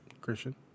Christian